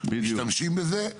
משתמשים בזה.